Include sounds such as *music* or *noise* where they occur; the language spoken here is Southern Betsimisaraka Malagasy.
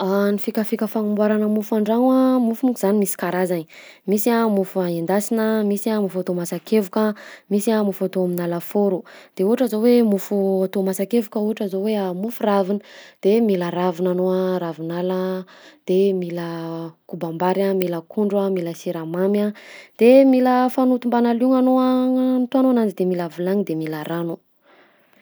*hesitation* Ny fikafika fagnamboarana mofo an-dragno a, mofo monko zany misy karazagny, misy a mofo a endasina, misy a mofo atao masa-kevoka, misy a mofo atao aminà lafaoro; de ohatra zao hoe mofo atao masa-kevoka ohatra zao hoe *hesitation* mofo ravina: de mila ravina anao a ravinala, de mila kobam-bary a, mila akondro a, mila siramamy a, de mila fanoto mbanà liogna anao agnatoanao ananjy de mila vilagny de mila rano.